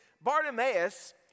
Bartimaeus